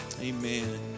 Amen